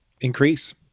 increase